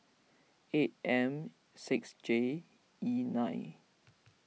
eight M six J E nine